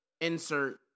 insert